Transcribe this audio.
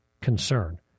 concern